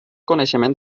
coneixement